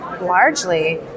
largely